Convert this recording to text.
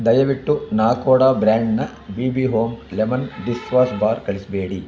ದಯವಿಟ್ಟು ನಾಕೊಡ ಬ್ರ್ಯಾಂಡ್ನ B B home lemon dish wash bar ಕಳಿಸಬೇಡಿ